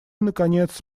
наконец